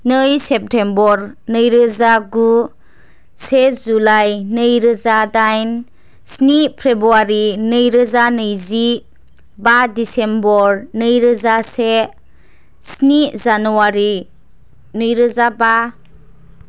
नै सेपतेम्बर नैरोजा गु से जुलाइ नैरोजा दाइन स्नि फेबुवारि नैरोजा नैजि बा डिसेम्बर नैरोजा से स्नि जानुवारि नैरोजा बा